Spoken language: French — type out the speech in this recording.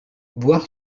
voir